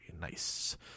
nice